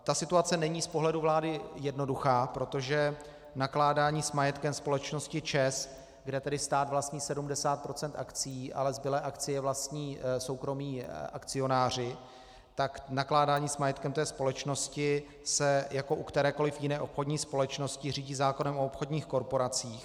Ta situace není z pohledu vlády jednoduchá, protože nakládání s majetkem společnosti ČEZ, kde tedy stát vlastní 70 % akcií, ale zbylé akcie vlastní soukromí akcionáři, tak nakládání s majetkem té společnosti se jako u kterékoliv jiné obchodní společnosti řídí zákonem o obchodních korporacích.